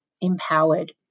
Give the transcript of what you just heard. empowered